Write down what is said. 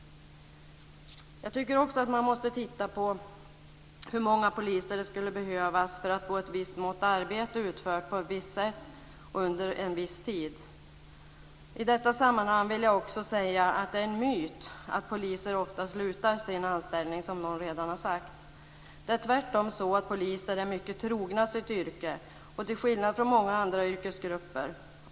Jag tycker också att man måste titta på hur många poliser det skulle behövas för att få ett visst mått arbete utfört på ett visst sätt under en viss tid. I detta sammanhang vill jag också säga att det är en myt att poliser ofta slutar sin anställning - som någon redan har sagt. Det är tvärtom så att poliser är mycket trogna sitt yrke till skillnad från många andra yrkesgrupper.